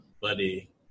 buddy